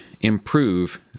improve